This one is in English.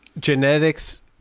genetics